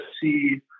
see